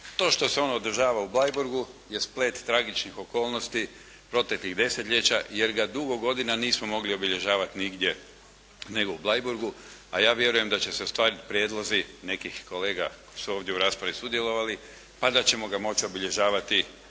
To što se on održava u Bleiburgu je splet tragičnih okolnosti proteklih desetljeća jer ga dugo godina nismo mogli obilježavati nigdje nego u Bleiburgu a ja vjerujem da će se ostvariti prijedlozi nekih kolega koji su ovdje u raspravi sudjelovali pa da ćemo ga moći obilježavati